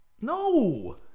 No